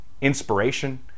inspiration